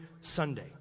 Sunday